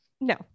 No